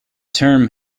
term